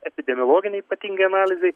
epidemiologinei ypatingai analizei